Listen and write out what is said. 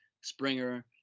Springer